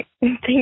Thank